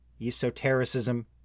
esotericism